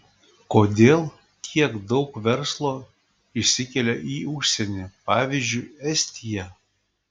kodėl tiek daug verslo išsikelia į užsienį pavyzdžiui estiją